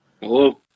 Hello